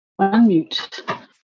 Unmute